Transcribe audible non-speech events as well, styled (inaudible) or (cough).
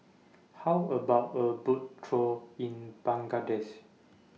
How about A Boat Chor in (unintelligible)